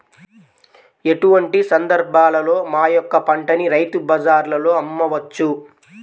ఎటువంటి సందర్బాలలో మా యొక్క పంటని రైతు బజార్లలో అమ్మవచ్చు?